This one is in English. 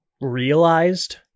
realized